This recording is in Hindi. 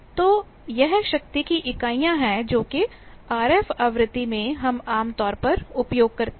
तो यह शक्ति की इकाइयाँ हैं जो कि आरएफ आवृत्ति में हम आम तौर पर उपयोग करते हैं